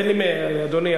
אדוני,